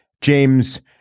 James